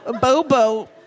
Bobo